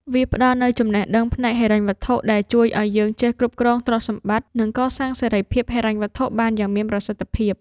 វាផ្ដល់នូវចំណេះដឹងផ្នែកហិរញ្ញវត្ថុដែលជួយឱ្យយើងចេះគ្រប់គ្រងទ្រព្យសម្បត្តិ និងកសាងសេរីភាពហិរញ្ញវត្ថុបានយ៉ាងមានប្រសិទ្ធភាព។